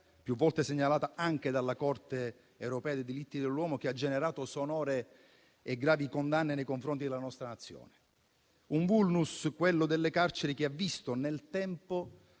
più volte segnalata anche dalla Corte europea dei diritti dell'uomo, che ha generato sonore e gravi condanne nei confronti della nostra Nazione. Un *vulnus*, quello delle carceri, che ha visto nel tempo